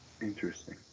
interesting